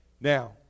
now